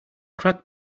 crack